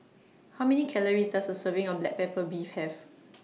How Many Calories Does A Serving of Black Pepper Beef Have